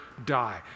die